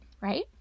right